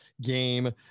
game